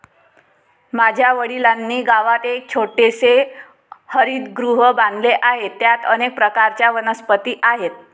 माझ्या वडिलांनी गावात एक छोटेसे हरितगृह बांधले आहे, त्यात अनेक प्रकारच्या वनस्पती आहेत